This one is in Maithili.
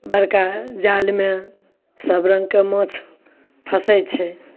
बड़का जालमे सबरङ्गके माँछ फँसैत य छै